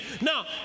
Now